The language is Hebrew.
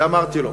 ואמרתי לו: